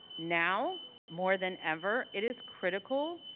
now more than ever, it is critical,